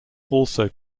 also